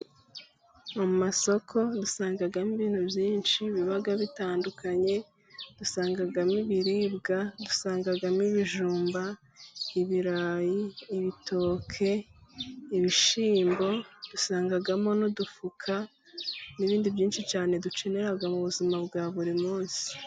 Mu masoko dusangamo ibintu byinshi biba bitandukanye, dusangamo ibiribwa, dusangamo ibijumba, ibirayi, ibitoke, ibishyimbo, dusangamo n'udufuka, n'ibindi byinshi cyane dukenera mu buzima bwa buri munsi.